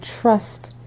trust